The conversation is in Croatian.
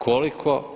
Koliko?